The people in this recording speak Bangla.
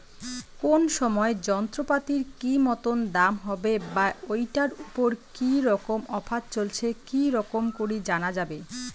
কোন সময় যন্ত্রপাতির কি মতন দাম হবে বা ঐটার উপর কি রকম অফার চলছে কি রকম করি জানা যাবে?